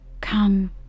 Come